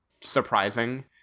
surprising